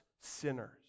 sinners